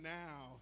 now